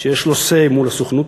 שיש לו say מול הסוכנות,